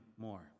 more